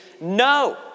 no